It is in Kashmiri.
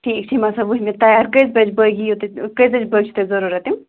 ٹھیٖک ٹھیٖم ہَسا وُچھ مےٚ تَیار کٔژِ بَجہِ بٲگۍ یِیِو تُہۍ کٔژِ بَجہِ بٲجو تۄہہِ ضروٗرت یِم